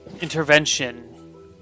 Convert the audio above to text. intervention